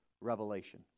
Revelation